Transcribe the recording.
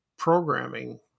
Programming